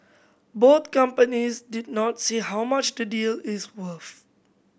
both companies did not say how much the deal is worth